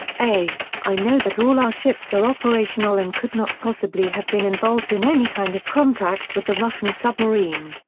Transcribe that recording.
a i know that all our ships are operational and could not possibly have been involved in any kind of contact with the russian submarine.